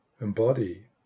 embody